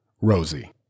Rosie